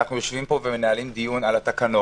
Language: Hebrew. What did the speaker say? אנחנו יושבים פה ומנהלים דיון על התקנות.